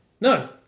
No